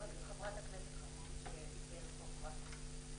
חברת הכנסת חיימוביץ הצביעה במקום חברת הכנסת הילה שי וזאן.